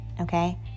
okay